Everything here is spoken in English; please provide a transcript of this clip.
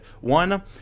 One